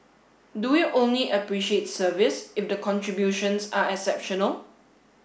do we only appreciate service if the contributions are exceptional